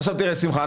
שמחה,